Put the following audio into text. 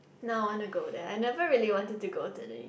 now I wanna go there I never really wanted to go to the U